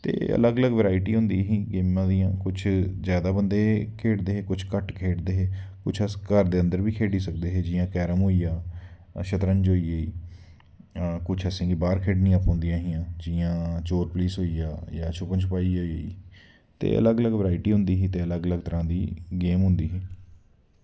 ते अलग अलग वैराइटी होंदी ही गेमां दियां कुछ जादै बंदे खेढ़दे हे कुछ घट्ट खेढ़दे हे कुछ अस घर दे अंदर बी खेढ़दे हे जियां कैरम होइया शतरंज होई गेई कुछ ऐसियां जेह्कियां असेंगी बाहर खेल्लनियां पौंदियां हियां जियां चोर पलीस होई जां छुप्पन छुपाई होई ते अलग अलग वैराइटी होंदी ही ते अलग अलग तरहां दी गेम होंदी ही